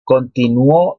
continuó